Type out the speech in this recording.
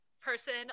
person